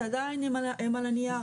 שעדיין הם על הנייר.